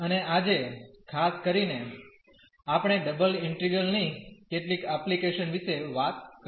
અને આજે ખાસ કરીને આપણે ડબલ ઇન્ટિગ્રલ ની કેટલીક એપ્લિકેશન વિશે વાત કરીશું